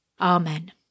Amen